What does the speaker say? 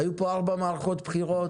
היו פה ארבע מערכות בחירות,